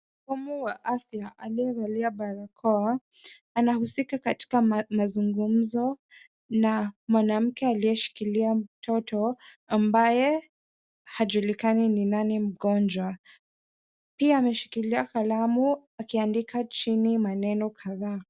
Mhudumu wa afya aliyevalia barakoa, anahusika katika mazungumzo na mwanamke aliyeshikilia mtoto ambaye hajulikani ninnani mgonjwa. Pia ameshikilia kalamu akiadika chinimaneno kadhaa.